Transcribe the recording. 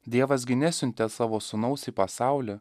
dievas gi nesiuntė savo sūnaus į pasaulį